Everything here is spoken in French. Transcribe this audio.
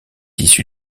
issu